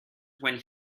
when